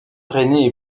drainés